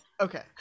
Okay